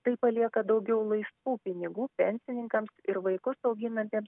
tai palieka daugiau laisvų pinigų pensininkams ir vaikus auginantiems